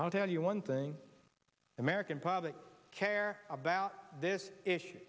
i'll tell you one thing the american public care about this issue